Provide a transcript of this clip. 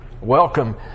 Welcome